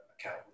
account